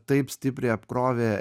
taip stipriai apkrovė